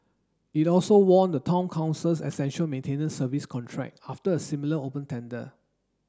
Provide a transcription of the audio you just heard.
it also won the Town Council's essential maintenance service contract after a similar open tender